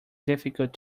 difficult